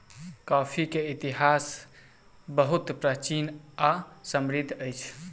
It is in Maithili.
कॉफ़ी के इतिहास बहुत प्राचीन आ समृद्धि अछि